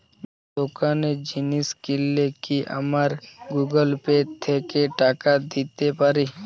দোকানে জিনিস কিনলে কি আমার গুগল পে থেকে টাকা দিতে পারি?